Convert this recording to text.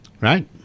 Right